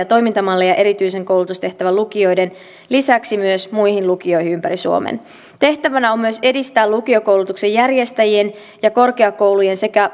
toimintamalleja erityisen koulutustehtävän lukioiden lisäksi myös muihin lukioihin ympäri suomen tehtävänä on myös edistää lukiokoulutuksen järjestäjien ja korkeakoulujen sekä